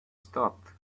stopped